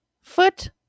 Foot